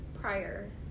prior